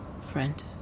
friend